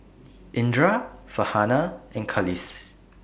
Indra Farhanah and Khalish